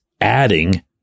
adding